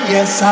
Yes